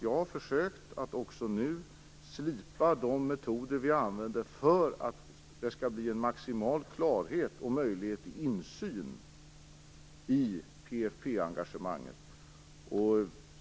Jag har försökt slipa de metoder som vi använder för att skapa maximal klarhet och möjlighet till insyn i PFF engagemanget.